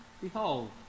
Behold